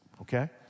okay